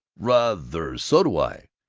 rather! so do i,